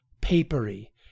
papery